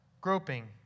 groping